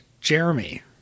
Jeremy